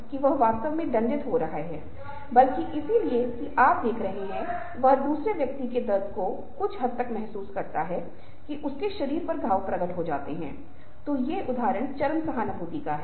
और आप पाते हैं कि समान बातचीत करने वाले लोग और यदि आप इन 3 मापदंडों को ध्यानमें रखते हैं तो बातचीत अलग होगी बॉडी लैंग्वेज का उपयोग अलग होगा स्थान और क्षेत्र का उपयोग अलग होगा और प्रत्येक मामले में लेन देन होगा बहुत अलग होगा